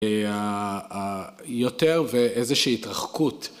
היותר ואיזושהי התרחקות.